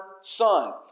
son